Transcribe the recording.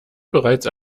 bereits